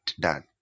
done